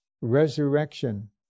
resurrection